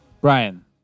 Brian